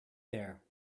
there